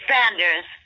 Sanders